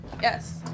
Yes